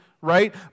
right